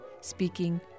speaking